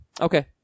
Okay